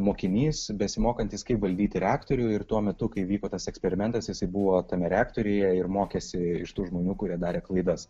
mokinys besimokantis kaip valdyti reaktorių ir tuo metu kai vyko tas eksperimentas jisai buvo tame reaktoriuje ir mokėsi iš tų žmonių kurie darė klaidas